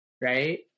Right